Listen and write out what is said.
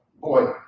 boy